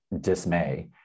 dismay